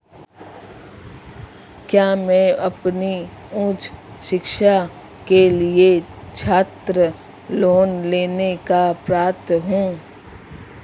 क्या मैं अपनी उच्च शिक्षा के लिए छात्र लोन लेने का पात्र हूँ?